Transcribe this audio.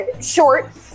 short